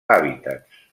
hàbitats